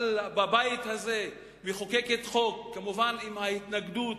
בבית הזה, מחוקקת חוק, כמובן עם התנגדות